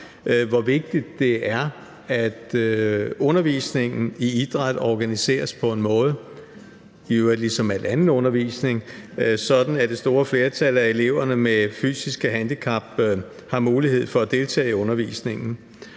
hvor vigtigt det er, at undervisningen i idræt organiseres på en måde – i øvrigt ligesom al anden undervisning – så det store flertal af elever med fysiske handicap har mulighed for at deltage i undervisningen.